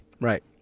Right